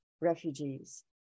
refugees